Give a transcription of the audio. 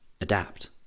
adapt